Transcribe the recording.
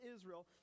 Israel